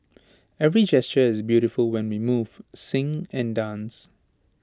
every gesture is beautiful when we move sing and dance